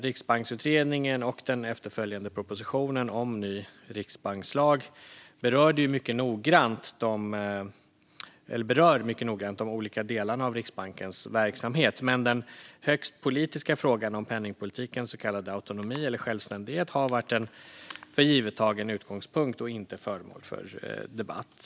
Riksbanksutredningen och den efterföljande propositionen om en ny riksbankslag berör mycket noggrant de olika delarna av Riksbankens verksamhet. Men den högst politiska frågan om penningpolitikens så kallade autonomi eller självständighet har varit en förgivettagen utgångspunkt och inte föremål för debatt.